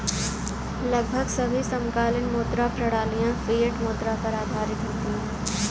लगभग सभी समकालीन मुद्रा प्रणालियाँ फ़िएट मुद्रा पर आधारित होती हैं